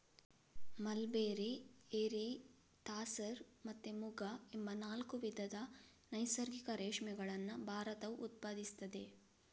mulberry, eri, tasar ಮತ್ತೆ ಮುಗ ಎಂಬ ನಾಲ್ಕು ವಿಧದ ನೈಸರ್ಗಿಕ ರೇಷ್ಮೆಗಳನ್ನ ಭಾರತವು ಉತ್ಪಾದಿಸ್ತದೆ